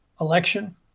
election